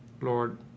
Lord